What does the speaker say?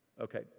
Okay